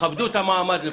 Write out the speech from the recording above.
תכבדו את המעמד לפחות.